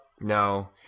No